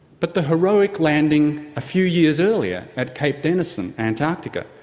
but the heroic landing a few years earlier at cape denison, antarctica,